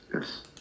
Yes